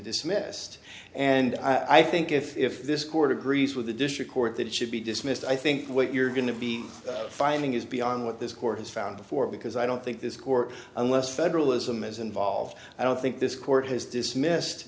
dismissed and i think if this court agrees with the district court that it should be dismissed i think what you're going to be finding is beyond what this court has found before because i don't think this court unless federalism is involved i don't think this court has dismissed